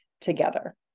together